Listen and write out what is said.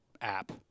app